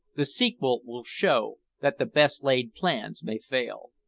the sequel will show that the best-laid plans may fail.